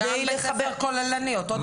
וגם לחבר כוללני, אותו דבר.